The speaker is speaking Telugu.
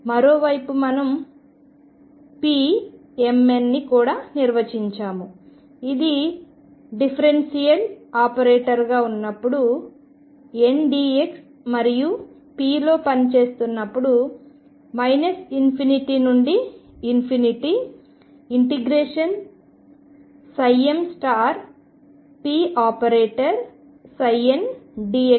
మరోవైపు మనం pmnని కూడా నిర్వచించాము ఇది డిఫరెన్షియల్ ఆపరేటర్గా ఉన్నప్పుడు ndx మరియు pలో పని చేస్తున్నప్పుడు ∞ నుండి ∫ mpndx కి సమానం